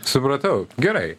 supratau gerai